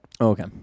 Okay